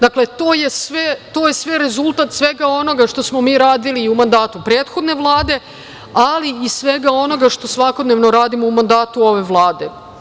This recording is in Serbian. Dakle, to je rezultat svega onoga što smo mi radili u mandatu prethodne vlade, ali i svega onoga što svakodnevno radimo u mandatu ove Vlade.